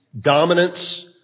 dominance